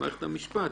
למערכת המשפט.